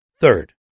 Third